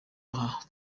aha